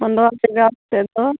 ᱢᱟᱸᱰᱣᱟ ᱡᱟᱜᱟᱣ ᱠᱟᱛᱮᱫ ᱫᱚ